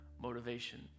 motivation